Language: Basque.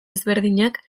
ezberdinak